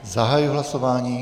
Zahajuji hlasování.